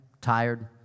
tired